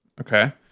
Okay